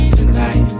Tonight